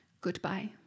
Goodbye